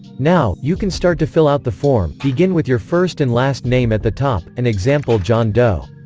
now, you can start to fill out the form begin with your first and last name at the top, an example john doe